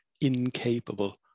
incapable